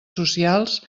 socials